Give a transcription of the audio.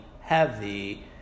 heavy